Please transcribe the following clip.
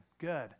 Good